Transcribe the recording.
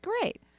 great